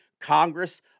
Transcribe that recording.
Congress